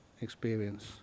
experience